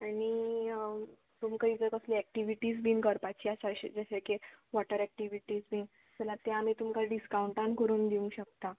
आनी तुमकां इज कसली एक्टिविटीज बीन करपाची आसा जशें की वॉटर एक्टिविटीज बीन जाल्यार ते आमी तुमकां डिस्कावंटान करून दिवंक शकता